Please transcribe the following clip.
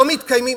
לא מתקיימים,